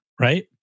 Right